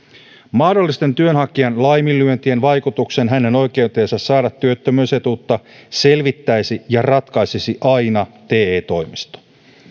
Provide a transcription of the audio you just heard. mahdollisten työnhakijan laiminlyöntien vaikutuksen hänen oikeuteensa saada työttömyysetuutta selvittäisi ja ratkaisisi aina te toimisto